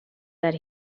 that